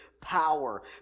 power